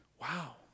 Wow